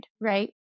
right